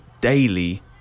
daily